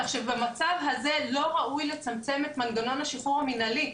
כך שבמצב הזה לא ראוי לצמצם את מנגנון השחרור המנהלי.